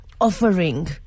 offering